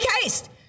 haste